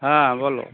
হ্যাঁ বল